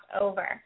over